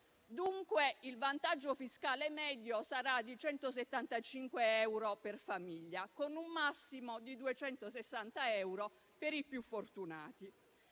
Dunque il vantaggio fiscale medio sarà di 175 euro per famiglia, con un massimo di 260 euro per i più fortunati.